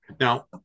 Now